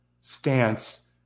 stance